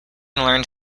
learned